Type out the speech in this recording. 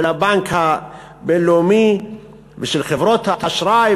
של הבנק הבין-לאומי ושל חברות האשראי,